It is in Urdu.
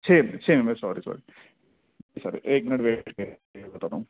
چھ چھ ممبر سوری سوری سر ایک منٹ ویٹ کریے ابھی بتاتا ہوں